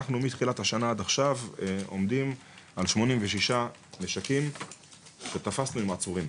אנחנו מתחילת השנה עד עכשיו עומדים על 86 נשקים שתפסנו עם העצורים.